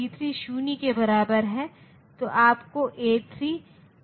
यह वर्तमान इनपुट को देखते हुए यह आउटपुट का उत्पादन करेगा